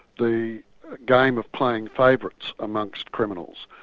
the game of playing favourites amongst criminals.